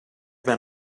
been